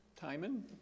Timon